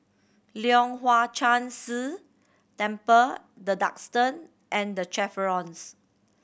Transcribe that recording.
Leong Hwa Chan Si Temple The Duxton and The Chevrons